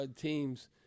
teams